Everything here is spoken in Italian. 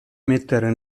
mettere